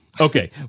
Okay